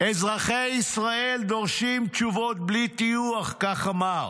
"אזרחי ישראל דורשים תשובות בלי טיוח" כך אמר,